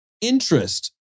interest